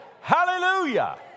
hallelujah